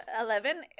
Eleven